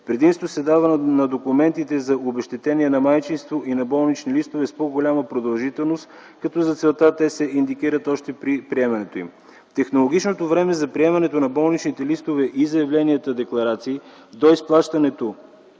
Предимство се дава на документите за обезщетение на майчинство и на болнични листове с по-голяма продължителност, като за целта те се индикират още при приемането им. Технологичното време за приемането на болничните листове и заявленията-декларации до изплащането